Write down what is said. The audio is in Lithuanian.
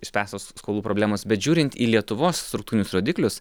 išspręstos skolų problemos bet žiūrint į lietuvos struktūrinius rodiklius